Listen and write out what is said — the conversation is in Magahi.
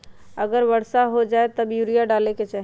अगर वर्षा हो जाए तब यूरिया डाले के चाहि?